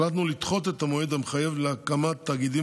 החלטנו לדחות את המועד המחייב להקמת תאגידים